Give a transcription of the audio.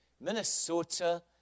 Minnesota